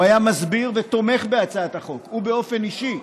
הוא היה מסביר ותומך בהצעת החוק, הוא באופן אישי,